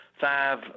five